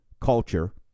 culture